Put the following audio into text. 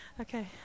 okay